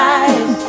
eyes